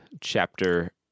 chapter